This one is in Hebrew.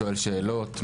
שואל שאלות,